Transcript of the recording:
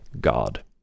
God